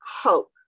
hope